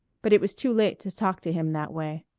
but it was too late to talk to him that way.